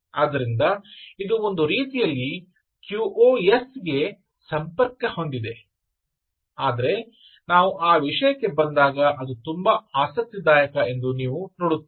ಆದ್ದರಿಂದ ಇದು ಒಂದು ರೀತಿಯಲ್ಲಿ QoS ಗೆ ಸಂಪರ್ಕ ಹೊಂದಿದೆ ಆದರೆ ನಾವು ಆ ವಿಷಯಕ್ಕೆ ಬಂದಾಗ ಅದು ತುಂಬಾ ಆಸಕ್ತಿದಾಯಕ ಎಂದು ನೀವು ನೋಡುತ್ತೀರಿ